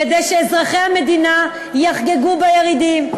כדי שאזרחי המדינה יחגגו בירידים,